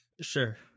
Sure